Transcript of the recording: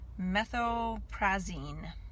Methoprazine